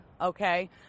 Okay